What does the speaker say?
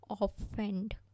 offend